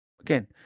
Again